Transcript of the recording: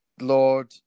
Lord